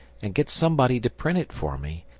and get somebody to print it for me,